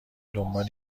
دنبال